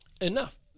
enough